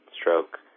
stroke